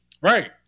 Right